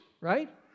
Right